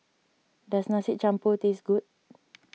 does Nasi Campur taste good